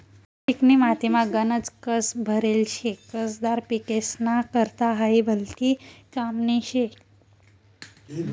चिकनी मातीमा गनज कस भरेल शे, कसदार पिकेस्ना करता हायी भलती कामनी शे